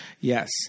Yes